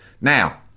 Now